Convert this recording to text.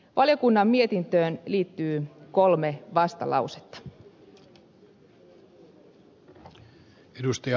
valiokunnan mietintöön liittyy kolme vastalausetta